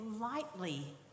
lightly